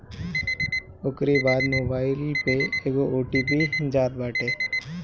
ओकरी बाद मोबाईल पे एगो ओ.टी.पी जात बाटे